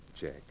Check